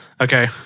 Okay